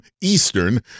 Eastern